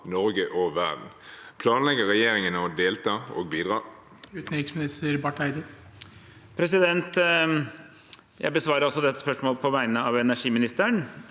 Norge og verden. Planlegger regjeringen å delta og bidra?» Utenriksminister Espen Barth Eide Jeg besvarer altså dette spørsmålet på vegne av energiministeren.